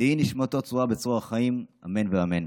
תהא נשמתו צרורה בצרור החיים, אמן ואמן.